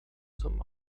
zum